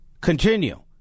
continue